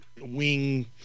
wing